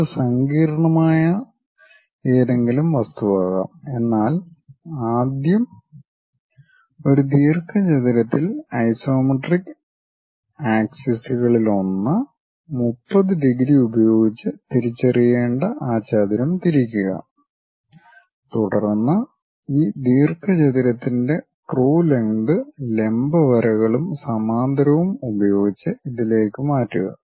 ഇത് സങ്കീർണ്ണമായ ഏതെങ്കിലും വസ്തുവാകാം എന്നാൽ ആദ്യം ഒരു ദീർഘചതുരത്തിൽ ഐസോമെട്രിക് അച്ചുതണ്ടുകളിലൊന്ന് 30 ഡിഗ്രി ഉപയോഗിച്ച് തിരിച്ചറിയേണ്ട ആ ചതുരം തിരിക്കുക തുടർന്ന് ഈ ദീർഘചതുരത്തിന്റെ ട്രൂ ലെംഗ്ത് ലംബ വരകളും സമാന്തരവും ഉപയോഗിച്ച് ഇതിലേക്ക് മാറ്റുക